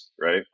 right